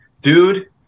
Dude